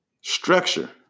Structure